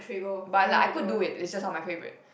but like I could do it it's just not my favourite